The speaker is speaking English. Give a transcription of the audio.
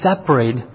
separate